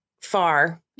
far